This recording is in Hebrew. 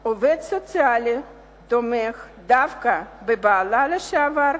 העובד הסוציאלי תומך דווקא בבעלה לשעבר,